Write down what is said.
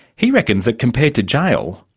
he reckons that compared to jail,